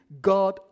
God